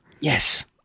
Yes